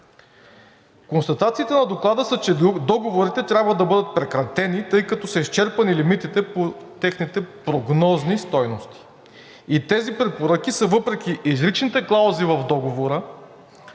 Констатациите на доклада са, че договорите трябва да бъдат прекратени, тъй като са изчерпали лимитите по техните прогнозни стойности. Тези препоръки са въпреки изричните клаузи в договора,